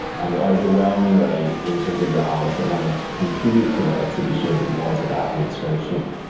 and overwhelmingly in terms of the artists that wanted to contribute to that exhibition, it was about menstruation.